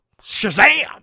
Shazam